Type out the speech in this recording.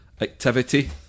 activity